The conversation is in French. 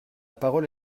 parole